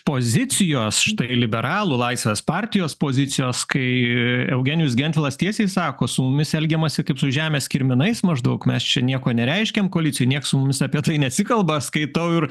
pozicijos štai liberalų laisvės partijos pozicijos kai eugenijus gentvilas tiesiai sako su mumis elgiamasi kaip su žemės kirminais maždaug mes čia nieko nereiškiam koalicijoj nieks su mumis apie tai nesikalba skaitau ir